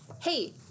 Hey